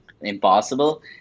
impossible